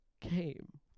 came